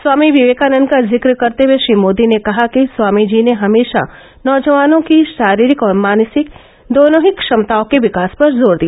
स्वामी विवेकानद का जिक्र करते हुए श्री मोदी ने कहा कि स्वामीजी ने हमेशा नौजवानों की शारीरिक और मानसिक दोनों ही क्षमताओं के विकास पर जोर दिया